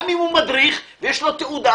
גם אם הוא מדריך ויש לו תעודה.